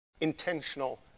intentional